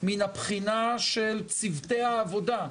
מהבחינה של צוותי העבודה,